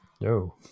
No